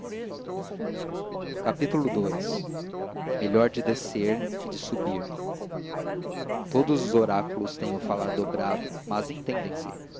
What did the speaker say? naiá ii melhor de descer que de subir todos os oráculos têm o falar dobrado mas entendem se